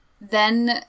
then-